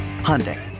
Hyundai